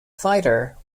fighter